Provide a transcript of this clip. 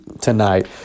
tonight